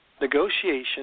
negotiation